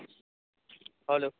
hello